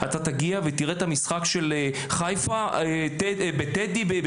תגיע ותראה את המשחק של חיפה בטדי מול